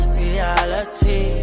reality